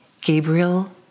Gabriel